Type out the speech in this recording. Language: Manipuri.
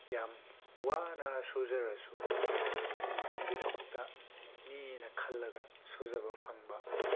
ꯌꯥꯝ ꯋꯥꯅ ꯁꯨꯖꯔꯁꯨ ꯏꯃꯨꯡ ꯃꯅꯨꯡꯒꯤꯗꯃꯛꯇꯅꯤꯅ ꯈꯜꯂꯒ ꯁꯨꯖꯕ ꯐꯪꯕ